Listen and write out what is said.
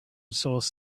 source